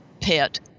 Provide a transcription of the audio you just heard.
pet